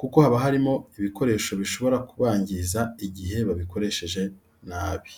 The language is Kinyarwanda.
kuko haba harimo ibikoresho bishobora kubangiza igihe babikoresheje nabi.